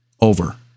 over